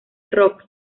rock